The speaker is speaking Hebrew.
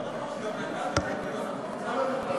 לא נכון,